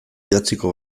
idatziko